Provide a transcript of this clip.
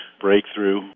breakthrough